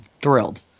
thrilled